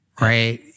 right